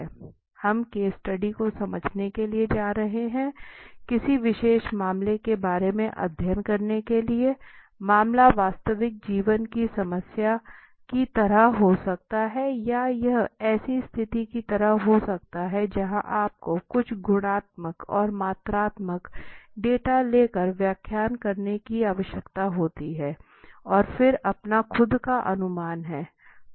हम case study को समझने के लिए जा रहे हैं किसी विशेष मामले के बारे में अध्ययन करने के लिए मामला वास्तविक जीवन की समस्या की तरह हो सकता है या यह ऐसी स्थिति की तरह हो सकता है जहां आपको कुछ गुणात्मक और मात्रात्मक डेटा लेकर व्याख्या करने की आवश्यकता होती है और फिर अपना खुद का अनुमान है